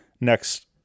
next